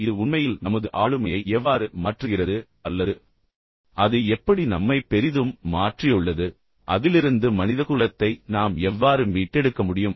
இது உண்மையில் நமது ஆளுமையை எவ்வாறு மாற்றுகிறது அல்லது அது எப்படி நம்மைப் பெரிதும் மாற்றியுள்ளது அதிலிருந்து மனிதகுலத்தை நாம் எவ்வாறு மீட்டெடுக்க முடியும்